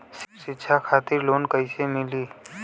शिक्षा खातिर लोन कैसे मिली?